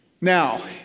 Now